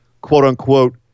quote-unquote